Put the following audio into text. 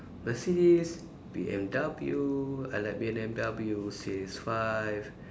Mercedes B_M_W I like B_M_W series five